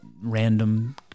random